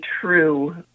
true